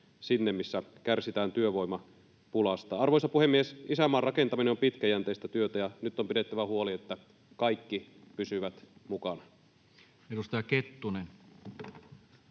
sinne, missä kärsitään työvoimapulasta. Arvoisa puhemies! Isänmaan rakentaminen on pitkäjänteistä työtä, ja nyt on pidettävä huoli, että kaikki pysyvät mukana. Edustaja Kettunen.